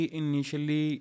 initially